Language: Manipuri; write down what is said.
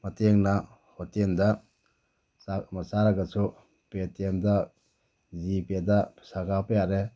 ꯃꯇꯦꯡꯅ ꯍꯣꯇꯦꯜꯗ ꯆꯥꯛ ꯑꯃ ꯆꯥꯔꯒꯁꯨ ꯄꯦ ꯇꯤ ꯑꯦꯝꯗ ꯖꯤ ꯄꯦꯗ ꯄꯩꯁꯥ ꯀꯥꯞꯄ ꯌꯥꯔꯦ